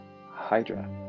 hydra